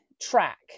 track